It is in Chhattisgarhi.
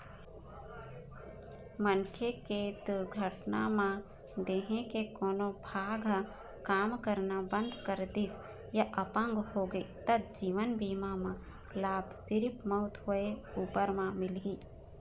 मनखे के दुरघटना म देंहे के कोनो भाग ह काम करना बंद कर दिस य अपंग होगे त जीवन बीमा म लाभ सिरिफ मउत होए उपर म मिलही